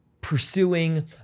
pursuing